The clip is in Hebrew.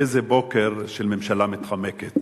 איזה בוקר של ממשלה מתחמקת.